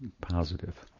positive